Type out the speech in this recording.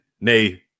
nay